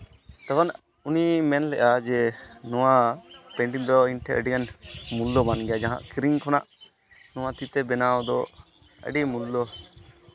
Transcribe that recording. ᱛᱚᱠᱷᱚᱱ ᱩᱱᱤ ᱢᱮᱱ ᱞᱮᱫᱼᱟ ᱡᱮ ᱱᱚᱣᱟ ᱯᱮᱱᱴᱤᱝ ᱫᱚ ᱤᱧ ᱴᱷᱮᱡ ᱟᱹᱰᱤᱜᱟᱱ ᱢᱩᱞᱞᱚ ᱵᱟᱱ ᱜᱮᱭᱟ ᱡᱟᱦᱟᱸ ᱠᱤᱨᱤᱧ ᱠᱷᱚᱱᱟᱜ ᱱᱚᱣᱟ ᱛᱤᱛᱮ ᱵᱮᱱᱟᱣ ᱫᱚ ᱟᱹᱰᱤ ᱢᱩᱞᱞᱚ